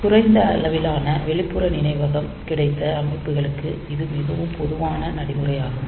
குறைந்த அளவிலான வெளிப்புற நினைவகம் கிடைத்த அமைப்புகளுக்கு இது மிகவும் பொதுவான நடைமுறையாகும்